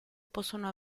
possono